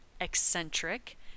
eccentric